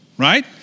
Right